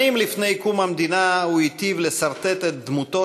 שנים לפני קום המדינה הוא היטיב לסרטט את דמותו